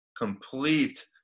complete